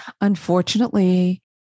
Unfortunately